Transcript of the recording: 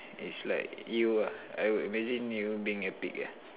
is like you ah I would imagine you being a pig ah